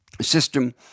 system